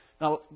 Now